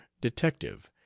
Detective